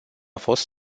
fost